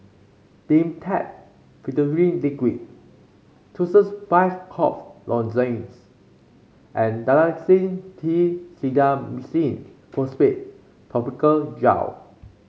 Dimetapp Phenylephrine Liquid Tussils five Cough Lozenges and Dalacin T Clindamycin Phosphate Topical Gel